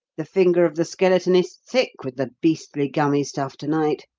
the finger of the skeleton is thick with the beastly, gummy stuff to-night.